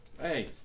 Hey